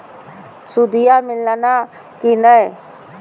सुदिया मिलाना की नय?